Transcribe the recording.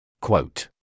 Quote